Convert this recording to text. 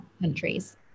countries